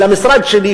למשרד שלי,